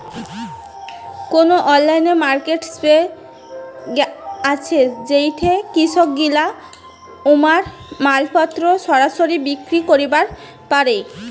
কুনো online marketplace আছে যেইঠে কৃষকগিলা উমার মালপত্তর সরাসরি বিক্রি করিবার পারে?